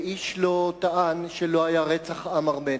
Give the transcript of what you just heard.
ואיש לא טען שלא היה רצח עם ארמני,